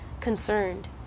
concerned